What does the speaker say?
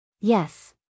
Yes